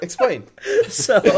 Explain